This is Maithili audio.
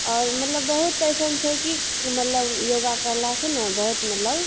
आओर मतलब बहुत अइसन छै कि मतलब योगा करलासे ने बहुत मतलब